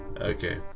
Okay